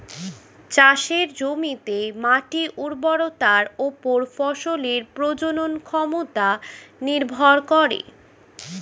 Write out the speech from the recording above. চাষের জমিতে মাটির উর্বরতার উপর ফসলের প্রজনন ক্ষমতা নির্ভর করে